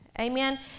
Amen